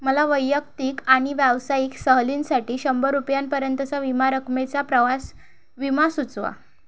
मला वैयक्तिक आणि व्यावसायिक सहलींसाठी शंभर रुपयांपर्यंतचा विमा रकमेचा प्रवास विमा सुचवा